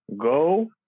Go